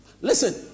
listen